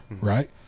right